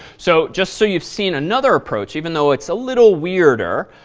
so, just so you've seen another approach, even though it's a little weirder,